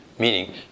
meaning